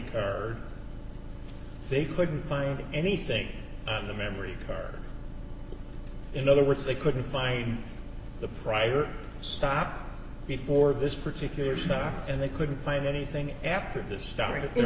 card they couldn't find anything on the memory card in other words they couldn't find the prior stop before this particular stuff and they couldn't find anything after the star